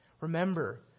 Remember